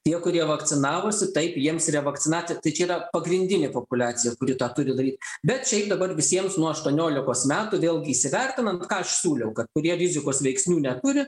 tie kurie vakcinavosi taip jiems revakcinacija tai čia yra pagrindinė populiacija kuri tą turi daryt bet šiaip dabar visiems nuo aštuoniolikos metų vėlgi įsivertinant ką aš siūliau kad kurie rizikos veiksnių neturi